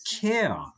care